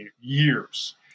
Years